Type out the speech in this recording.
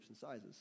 sizes